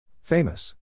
Famous